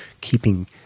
keeping